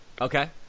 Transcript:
Okay